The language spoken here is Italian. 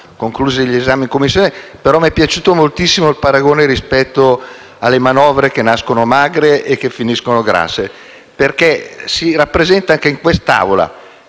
concluso l'esame in Commissione, però mi è piaciuto moltissimo il paragone rispetto alle manovre che nascono magre e che finiscono grasse, perché si rappresenta anche in quest'Aula: